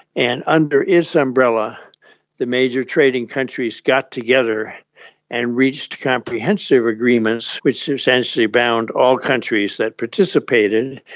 and under its umbrella the major trading countries got together and reached comprehensive agreements which essentially bound all countries that participated,